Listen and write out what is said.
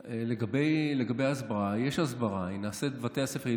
לגבי הסברה, יש הסברה, היא נעשית בבתי הספר.